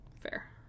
fair